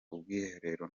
ubwiherero